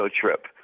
trip